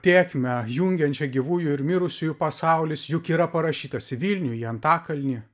tėkmę jungiančią gyvųjų ir mirusiųjų pasaulis juk yra parašytas į vilnių į antakalnį